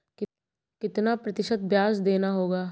कितना प्रतिशत ब्याज देना होगा?